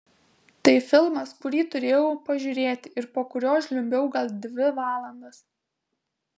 tai filmas kurį turėjau pažiūrėti ir po kurio žliumbiau gal dvi valandas